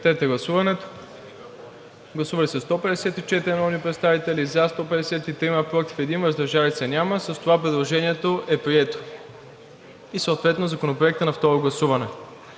режим на гласуване. Гласували 154 народни представители: за 153, против 1, въздържали се няма. С това предложението е прието и съответно Законопроектът на второ гласуване.